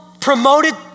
promoted